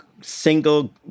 single